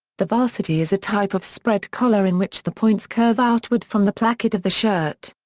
the varsity is a type of spread collar in which the points curve outward from the placket of the shirt.